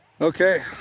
Okay